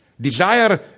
Desire